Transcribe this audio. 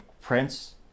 prince